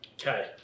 okay